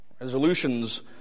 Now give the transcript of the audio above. Resolutions